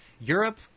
Europe